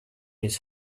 his